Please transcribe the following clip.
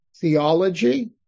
theology